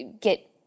get